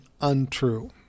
untrue